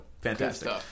fantastic